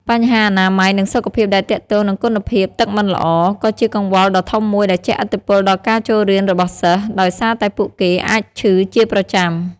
បញ្ហាអនាម័យ និងសុខភាពដែលទាក់ទងនឹងគុណភាពទឹកមិនល្អ ក៏ជាកង្វល់ដ៏ធំមួយដែលជះឥទ្ធិពលដល់ការចូលរៀនរបស់សិស្ស ដោយសារតែពួកគេអាចឈឺជាប្រចាំ។